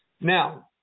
Now